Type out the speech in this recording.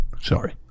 Sorry